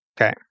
Okay